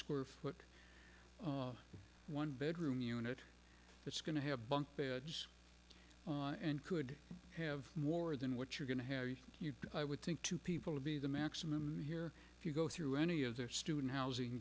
square foot one bedroom unit that's going to have bunk beds and could have more than what you're going to have i would think two people would be the maximum here if you go through any of their student housing